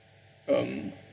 um